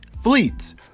Fleets